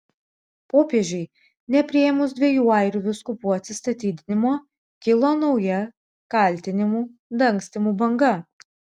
popiežiui nepriėmus dviejų airių vyskupų atsistatydinimo kilo nauja kaltinimų dangstymu banga